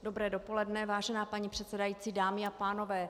Dobré dopoledne, vážená paní předsedající, dámy a pánové.